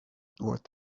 what